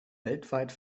weltweit